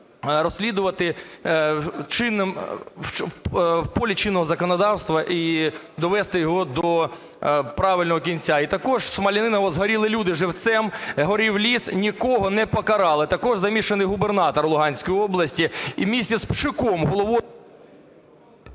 розслідувати в полі чинного законодавства і довести його до правильно кінця. І також в Смоляниново згоріли люди живцем, горів ліс, нікого не покарали. Також замішаний губернатор Луганської області… 10:59:04 ВЕНЕДІКТОВА І.В.